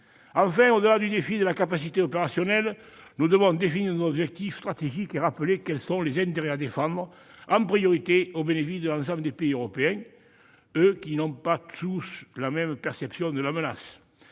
en place une capacité opérationnelle, nous devons définir nos objectifs stratégiques et rappeler quels sont les intérêts à défendre, en priorité au bénéfice de l'ensemble des pays européens, qui n'ont pas tous la même perception de la menace.